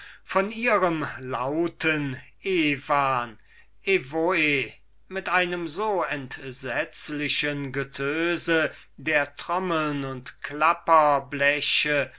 von ihrem lauten evan evan mit einem so entsetzlichen getöse der trummeln und klapperbleche